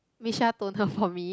Missha toner for me